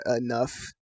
enough